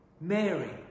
Mary